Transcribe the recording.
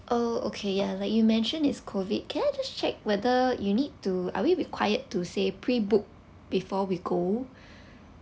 oh okay yeah like you mentioned it's COVID can I just check whether you need to are we required to say pre book before we go